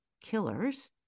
killers